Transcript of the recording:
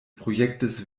projektes